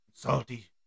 Salty